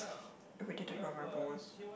irritated about my voice